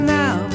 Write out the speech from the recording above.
now